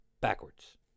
backwards